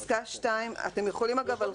אגב,